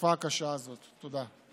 בתקופה הקשה הזאת, תודה.